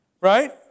right